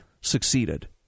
succeeded